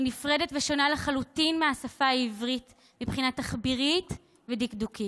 היא נפרדת ושונה לחלוטין מהשפה העברית מבחינה תחבירית ודקדוקית.